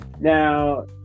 Now